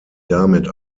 damit